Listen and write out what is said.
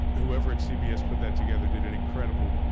whoever at cbs put that together did an incredible